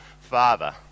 father